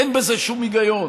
אין בזה שום היגיון.